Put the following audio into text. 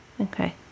Okay